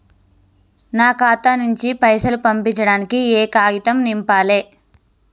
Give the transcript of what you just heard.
నా ఖాతా నుంచి పైసలు పంపించడానికి ఏ కాగితం నింపాలే?